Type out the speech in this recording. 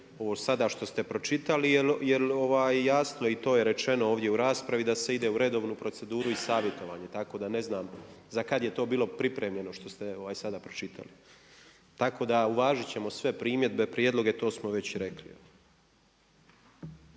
sada što ste pročitali jer jasno je i to je rečeno ovdje u raspravi da se ide u redovnu proceduru i savjetovanje tako da ne znam za kada je to bilo pripremljeno što ste sada pročitali. Tako da uvažiti ćemo sve primjedbe, prijedloge, to smo već rekli.